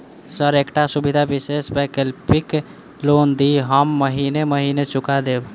Sir एकटा सुविधा विशेष वैकल्पिक लोन दिऽ हम महीने महीने चुका देब?